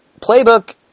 Playbook